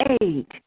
eight